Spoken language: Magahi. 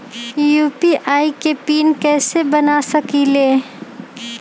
यू.पी.आई के पिन कैसे बना सकीले?